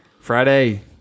friday